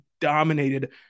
dominated